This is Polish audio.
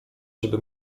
żeby